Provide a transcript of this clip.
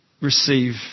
receive